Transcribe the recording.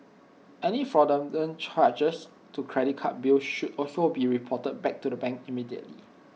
any fraudulent charges to credit card bills should also be reported back to the bank immediately